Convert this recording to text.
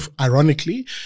ironically